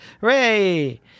Hooray